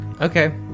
okay